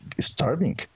starving